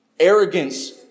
Arrogance